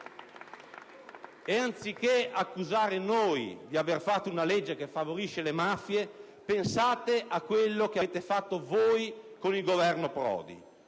Anziché accusare noi di aver fatto una legge che favorisce le mafie, pensate a quello che avete fatto voi con il Governo Prodi.